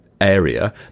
area